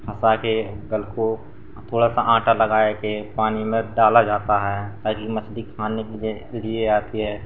फँसाकर गल को थोड़ा सा आटा लगाकर पानी में डाला जाता है ताकि मछली खाने के लिए लिए आती है